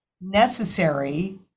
necessary